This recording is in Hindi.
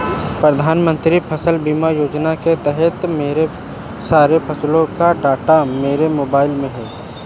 प्रधानमंत्री फसल बीमा योजना के तहत मेरे सारे फसलों का डाटा मेरे मोबाइल में है